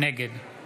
נגד